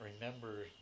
remember